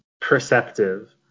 perceptive